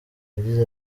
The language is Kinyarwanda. yagize